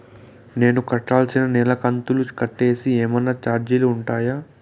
నేను కట్టాల్సిన నెల కంతులు కట్టేకి ఏమన్నా చార్జీలు ఉంటాయా?